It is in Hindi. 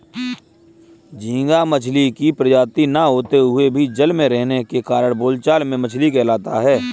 झींगा मछली की प्रजाति न होते हुए भी जल में रहने के कारण बोलचाल में मछली कहलाता है